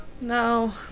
No